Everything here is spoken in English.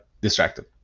distracted